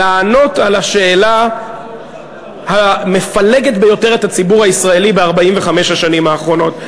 לענות על השאלה המפלגת ביותר את הציבור הישראלי ב-45 השנים האחרונות.